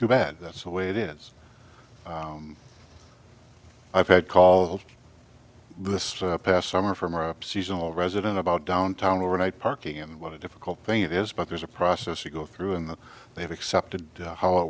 too bad that's the way it is i've had calls this past summer from our seasonal resident about downtown overnight parking and what a difficult thing it is but there's a process you go through in that they've accepted how it